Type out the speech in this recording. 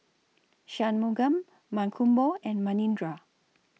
Shunmugam Mankombu and Manindra